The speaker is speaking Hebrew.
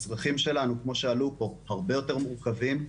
הצריכים שלנו, כמו שעלו פה, הרבה יותר מורכבים.